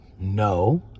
No